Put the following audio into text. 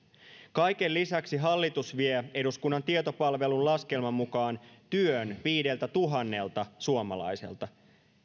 kaiken lisäksi hallitus vie eduskunnan tietopalvelun laskelman mukaan työn viideltätuhannelta suomalaiselta